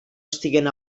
estiguen